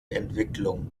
entwicklung